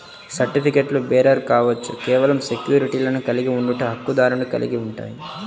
సర్టిఫికెట్లుబేరర్ కావచ్చు, కేవలం సెక్యూరిటీని కలిగి ఉండట, హక్కుదారుని కలిగి ఉంటాయి,